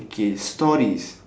okay stories